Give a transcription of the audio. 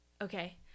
okay